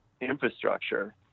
infrastructure